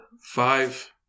five